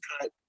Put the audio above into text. cut